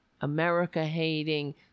America-hating